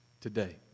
today